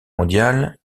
mondiale